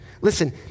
Listen